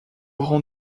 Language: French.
rang